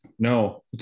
No